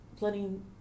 letting